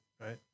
right